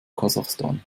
kasachstan